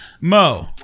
Mo